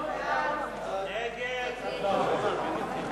את הצעת חוק-יסוד: משק המדינה (תיקון,